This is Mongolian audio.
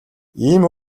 ийм